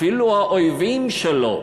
אפילו האויבים שלו,